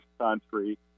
country